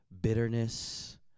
bitterness